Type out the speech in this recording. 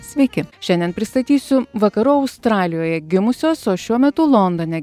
sveiki šiandien pristatysiu vakarų australijoje gimusios o šiuo metu londone